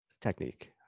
technique